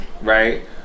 Right